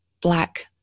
black